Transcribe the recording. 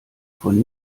von